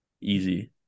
Easy